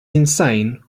insane